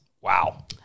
wow